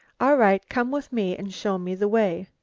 all right. come with me and show me the way.